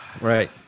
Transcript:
Right